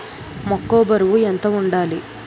మొక్కొ బరువు ఎంత వుండాలి?